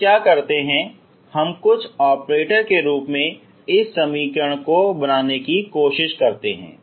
हम क्या करते है हम कुछ ऑपरेटर के रूप में इस समीकरण को बनाने की कोशिश करते हैं